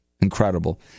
Incredible